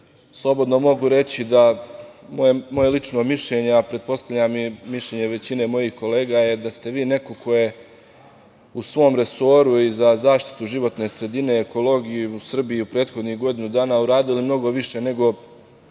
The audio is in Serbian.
vidljivi. Slobodno mogu reći da je moje lično mišljenje, a pretpostavljam i mišljenje većine mojih kolega, da ste vi neko ko je u svom resoru i za zaštitu životne sredine i ekologiju u Srbiji u prethodnih godinu dana uradili mnogo više nego